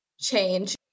change